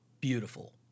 beautiful